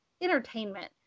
entertainment